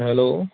hello